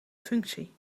functie